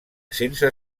sense